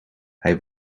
hij